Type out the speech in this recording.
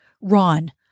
Ron